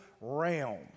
realm